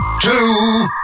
two